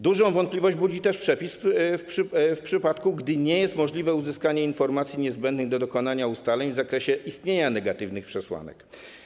Dużą wątpliwość budzi też przepis: w przypadku gdy nie jest możliwe uzyskanie informacji niezbędnych do dokonania ustaleń w zakresie istnienia negatywnych przesłanek.